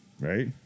Right